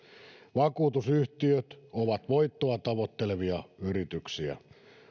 vakuutusyhtiöt ovat voittoa tavoittelevia yrityksiä